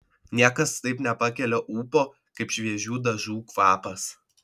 niekas taip nepakelia ūpo kaip šviežių dažų kvapas